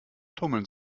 tummeln